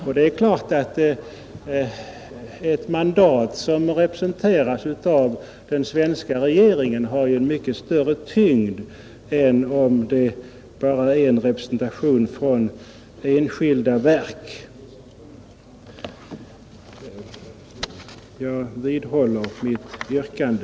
Och det är klart att ett mandat som representeras av den svenska regeringen har en mycket större tyngd än om det bara är en representation för enskilda verk. Jag vidhåller mitt yrkande.